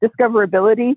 discoverability